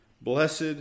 Blessed